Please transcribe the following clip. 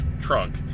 trunk